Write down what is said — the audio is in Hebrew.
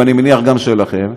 ואני מניח גם שלכם,